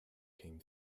came